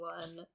one